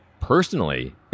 personally